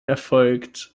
erfolgt